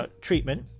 treatment